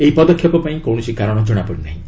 ଏହି ପଦକ୍ଷେପ ପାଇଁ କୌଣସି କାରଣ ଜଣାପଡ଼ି ନାହିଁ